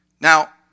Now